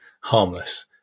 harmless